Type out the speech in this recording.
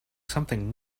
something